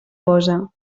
posa